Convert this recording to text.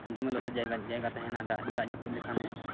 ᱫᱚᱢᱮ ᱞᱚᱥᱚᱫ ᱡᱟᱭᱜᱟ ᱡᱟᱭᱜᱟ ᱛᱟᱦᱮᱱᱟ ᱫᱟᱜ ᱫᱟᱜ ᱡᱟᱹᱯᱩᱫ ᱞᱮᱠᱷᱟᱱᱮ